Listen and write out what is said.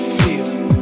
feeling